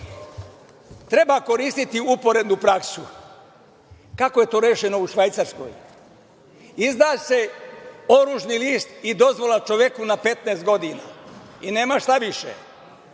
treba koristiti uporednu praksu. Kako je to rešeno u Švajcarskoj? Izda se oružni list i dozvola čoveku na 15 godina i nema šta više.